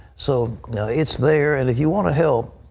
so it's there. and if you want to help,